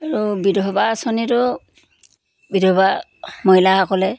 আৰু বিধৱা আঁচনিতো বিধৱা মহিলাসকলে